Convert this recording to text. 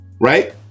right